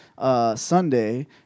Sunday